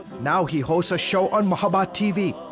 now he hosts a show on mohabat tv,